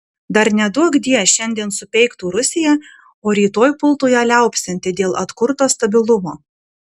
dar neduokdie šiandien supeiktų rusiją o rytoj pultų ją liaupsinti dėl atkurto stabilumo